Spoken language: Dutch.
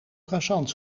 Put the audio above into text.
croissants